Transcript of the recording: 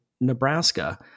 Nebraska